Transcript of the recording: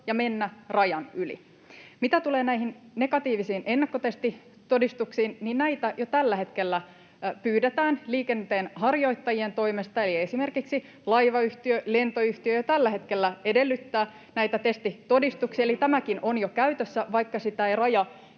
ja mennä rajan yli. Mitä tulee näihin negatiivisiin ennakkotestitodistuksiin, niin näitä jo tällä hetkellä pyydetään liikenteenharjoittajien toimesta, eli esimerkiksi laivayhtiö tai lentoyhtiö jo tällä hetkellä edellyttää näitä testitodistuksia, eli tämäkin on jo käytössä, vaikka sitä ei Raja